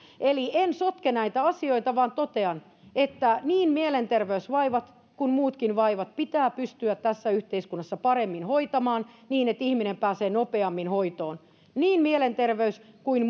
eli en sotke näitä asioita vaan totean että niin mielenterveysvaivat kuin muutkin vaivat pitää pystyä tässä yhteiskunnassa paremmin hoitamaan niin että ihminen pääsee nopeammin hoitoon niin mielenterveyden kuin